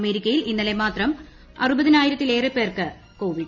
അമേരിക്കയിൽ ഇന്നലെ മാത്രം അറുപതിനായിരത്തിലേറെ പേർക്ക് കോവിഡ്